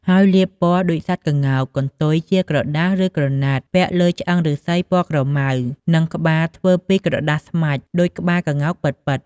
ហើយលាបពណ៌ដូចសត្វក្ងោក កន្ទុយជាក្រដាស ឬក្រណាត់ ពាក់លើឆ្អឹងឫស្សីពណ៌ក្រម៉ៅ និងក្បាលធ្វើពីក្រដាសស្មាច់ ដូចក្បាលក្ងោកពិតៗ។